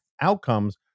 outcomes